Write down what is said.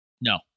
No